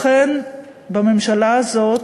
לכן, בממשלה הזאת,